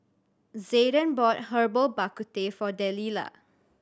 Zayden bought Herbal Bak Ku Teh for Delilah